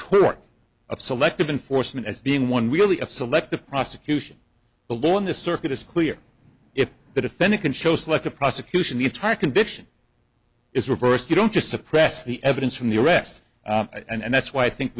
twerk of selective enforcement as being one really of selective prosecution the law in this circuit is clear if the defendant can show selective prosecution the entire conviction is reversed you don't just suppress the evidence from the arrest and that's why i think